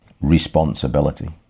Responsibility